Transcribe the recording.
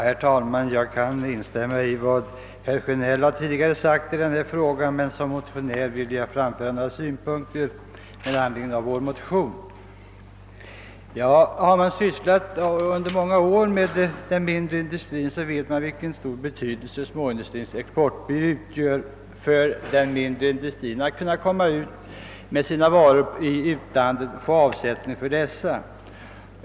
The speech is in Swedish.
Herr talman! Jag kan instämma i vad herr Sjönell tidigare anfört i denna fråga, men jag vill som motionär framföra några ytterligare synpunkter i anslutning till motionen. Om man under många år har ägnat sig åt den mindre industrin vet man vilken betydelse Småindustrins exportbyrå har för den mindre industrins möjligheter att föra ut sina varor till utlandet och där få avsättning för dessa.